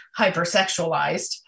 hypersexualized